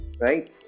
Right